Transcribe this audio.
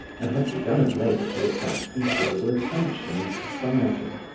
and had begun of late to attract considerable attention in society.